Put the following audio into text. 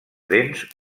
dents